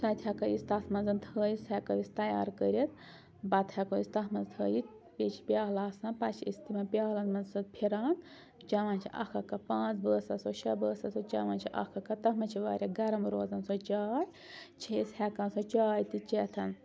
سۄ تہِ ہٮ۪کان أسۍ تَتھ منٛز تھٲوِتھ ہٮ۪کو أسۍ تیار کٔرِتھ بتہٕ ہٮ۪کو أسۍ تَتھ منٛز تھٲوِتھ بیٚیہِ چھِ پیٛالہٕ آسان پَتہٕ چھِ أسۍ تِمَن پیٛالَن منٛز سۄ پھران چٮ۪وان چھِ اَکھ اکھ کَپ پانٛژھ بٲس آسو شےٚ بٲس آسو چٮ۪وان چھِ اَکھ اکھ کَپ تَتھ منٛز چھِ واریاہ گَرم روزان سۄ چاے چھِ أسۍ ہٮ۪کان سۄ چاے تہِ چٮ۪تھ